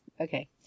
Okay